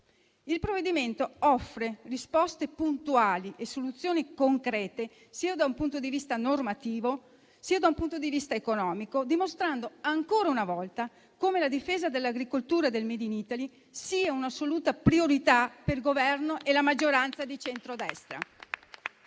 Il provvedimento offre risposte puntuali e soluzioni concrete sia da un punto di vista normativo, sia da un punto di vista economico, dimostrando ancora una volta come la difesa dell'agricoltura e del *made in Italy* sia un'assoluta priorità per il Governo e la maggioranza di centrodestra.